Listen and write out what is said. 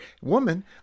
Woman